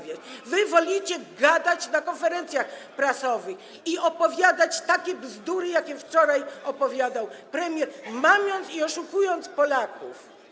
Wy wolicie gadać na konferencjach prasowych i opowiadać takie bzdury, jakie wczoraj opowiadał premier, mamiąc i oszukując Polaków.